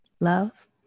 love